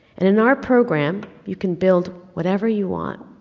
and in our program, you can build whatever you want.